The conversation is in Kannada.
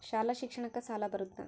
ಶಾಲಾ ಶಿಕ್ಷಣಕ್ಕ ಸಾಲ ಬರುತ್ತಾ?